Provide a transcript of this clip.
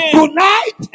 Tonight